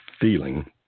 feeling